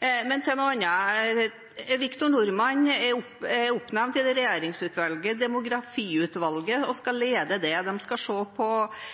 Til noe annet: Victor Norman er utnevnt til leder av det regjeringsoppnevnte demografiutvalget. Deres oppdrag er å skaffe oss kunnskap om hvordan eldrebølgen vil påvirke Distrikts-Norge. Han har i flere sammenhenger kommentert dette. Han har sagt, på